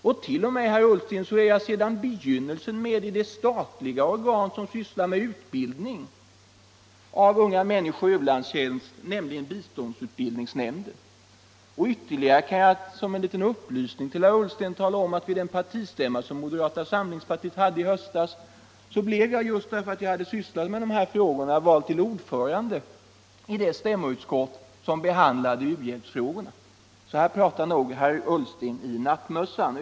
Jag ärt.o.m., herr Ullsten, sedan begynnelsen med i det statliga organ som sysslar med utbildning av unga människor i u-landstjänst, nämligen biståndsutbildningsnämnden. Ytterligare kan jag som en liten upplysning till Ullsten tala om att jag vid den partistämma som moderata samlingspartiet hade i höstas blev — just därför att jag hade sysslat med de här frågorna — vald till ordförande i det stämmoutskott som behandlade u-hjälpsfrågorna. Så här pratar nog herr Ullsten i nattmössan.